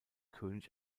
könig